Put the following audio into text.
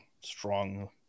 strong